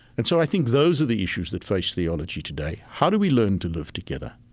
and so i think those are the issues that face theology today. how do we learn to live together?